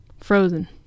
Frozen